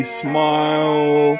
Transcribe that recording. smile